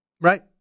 Right